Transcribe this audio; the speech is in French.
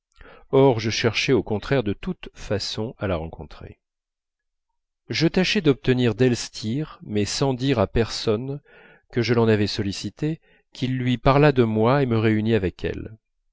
or je cherchais au contraire de toute façon à la rencontrer je tâchai d'obtenir d'elstir mais sans dire à personne que je l'en avais sollicité qu'il lui parlât de moi et me réunît avec elle